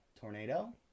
tornado